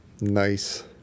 Nice